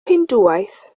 hindŵaeth